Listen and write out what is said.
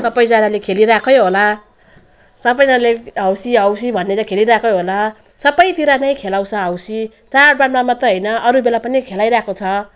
सबैजनाले खेलिरहेकै होला सबैजनाले हौसी हौसी भन्ने चाहिँ खेलिरहेकै होला सबैतिर नै खेलाउँछ हौसी चाडबाडमा मात्रै होइन अरू बेला पनि खेलाइरहेको छ